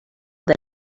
that